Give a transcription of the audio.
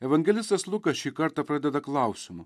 evangelistas lukas šį kartą pradeda klausimu